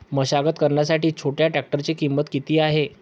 मशागत करण्यासाठी छोट्या ट्रॅक्टरची किंमत किती आहे?